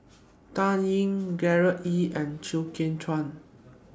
Dan Ying Gerard Ee and Chew Kheng Chuan